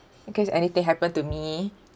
because anything happen to me